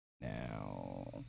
Now